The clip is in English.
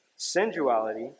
Sensuality